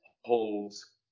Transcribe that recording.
holds